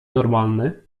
normalny